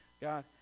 God